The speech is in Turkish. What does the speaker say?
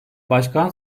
başkan